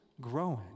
growing